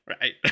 Right